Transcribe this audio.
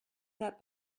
that